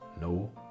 no